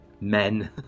Men